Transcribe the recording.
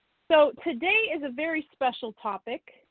so today is a very special topic.